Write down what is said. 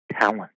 talent